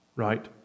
right